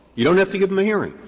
you don't have to give him a hearing.